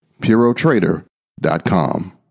PuroTrader.com